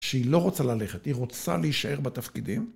‫שהיא לא רוצה ללכת, ‫היא רוצה להישאר בתפקידים.